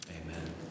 Amen